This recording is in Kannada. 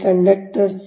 conductor c